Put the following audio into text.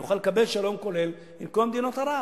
נוכל לקבל שלום כולל עם כל מדינות ערב.